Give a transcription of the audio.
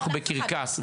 אנחנו בקרקס,